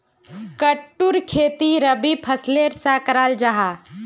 कुट्टूर खेती रबी फसलेर सा कराल जाहा